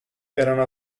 erano